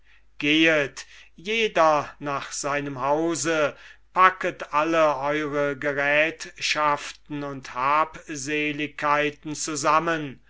gehet jeder nach seinem hause packet alle eure gerätschaften und habseligkeiten zusammen